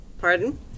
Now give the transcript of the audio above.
Pardon